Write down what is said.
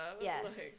Yes